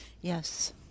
yes